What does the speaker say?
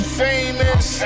famous